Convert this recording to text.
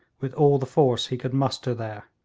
with all the force he could muster there.